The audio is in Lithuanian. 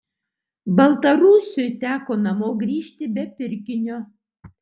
baltarusiui teko namo grįžti be pirkinio